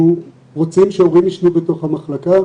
אנחנו רוצים שהורים יישנו בתוך המחלקה.